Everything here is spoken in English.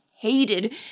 hated